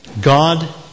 God